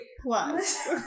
plus